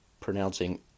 pronouncing